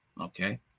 okay